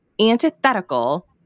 antithetical